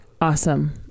Awesome